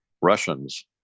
Russians